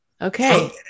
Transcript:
Okay